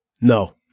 No